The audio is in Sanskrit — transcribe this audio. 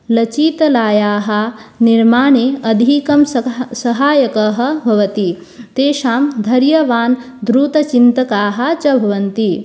लचीतलायाः निर्माणे अधिकं सह सहायकः भवति तेषां धैर्यवान् दृढचिन्तकाः च भवन्ति